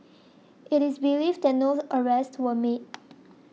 it is believed that no arrests were made